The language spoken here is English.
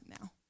now